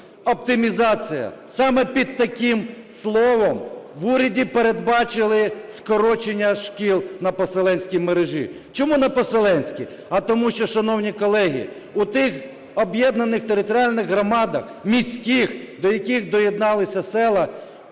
Оптимізація, саме під таким словом в уряді передбачили скорочення шкіл на поселенській мережі. Чому на поселенській? А тому що, шановні колеги, у тих об'єднаних територіальних громадах міських, до яких доєдналися села,